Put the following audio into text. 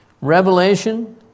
Revelation